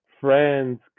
friends